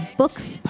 books